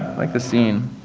like, the scene.